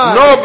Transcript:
no